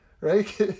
right